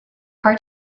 part